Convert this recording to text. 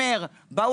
אומר,